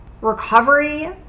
Recovery